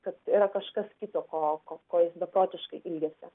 kad yra kažkas kito ko ko jis beprotiškai ilgisi